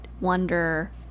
wonder